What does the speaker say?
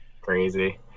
crazy